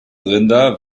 rinder